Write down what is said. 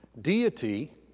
deity